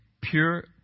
pure